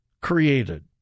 created